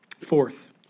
Fourth